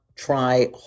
try